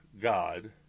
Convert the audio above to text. God